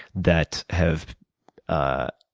that have ah